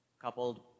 coupled